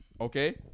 Okay